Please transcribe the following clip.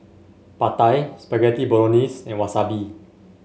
Pad Thai Spaghetti Bolognese and Wasabi